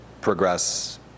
progress